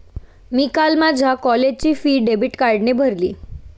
मी काल माझ्या कॉलेजची फी डेबिट कार्डने भरली